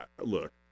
look